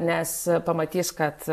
nes pamatys kad